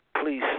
please